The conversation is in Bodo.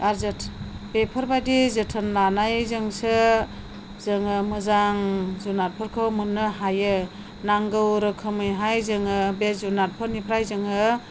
आरो बेफोरबायदि जोथोन लानायजोंसो जोङो मोजां जुनारफोरखौ मोननो हायो नांगौ रोखोमैहाय जोङो बे जुनारफोरनिफ्राय जोङो